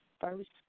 first